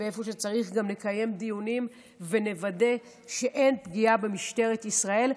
ואיפה שצריך גם נקיים דיונים ונוודא שאין פגיעה במשטרת ישראל,